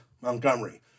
Montgomery